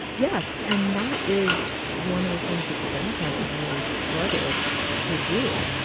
yes. and that is one of the things that the democrats have really struggled to do